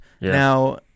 Now